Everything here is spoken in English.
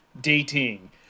dating